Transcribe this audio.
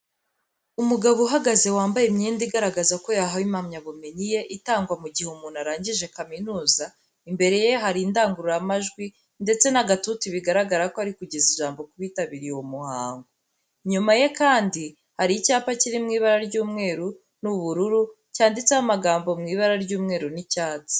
Umugabo uhagaze, wambaye imyenda igaragaza ko yahawe impamyabumenyi ye itangwa mu gihe umuntu arangijre kaminuza. Imbere ye hari indangururamajwi ndetse n'agatuti bigaragara ko ari kugeza ijambo ku bitabiriye uwo muhango. Inyuma ye kandi hari icyapa kiri mu ibara ry'umweru n'ubururu cyanditseho amagambo mu ibara ry'umweru n'icyatsi.